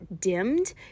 dimmed